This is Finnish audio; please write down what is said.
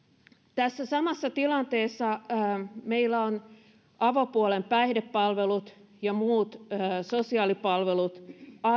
tässä samassa tilanteessa meillä on avopuolen päihdepalvelut ja muut sosiaalipalvelut